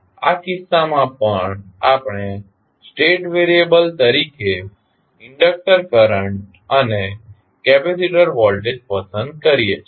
આ કિસ્સામાં પણ આપણે સ્ટેટ વેરિયેબલ તરીકે ઇન્ડક્ટર કરંટ અને કેપેસિટર વોલ્ટેજ પસંદ કરીએ છીએ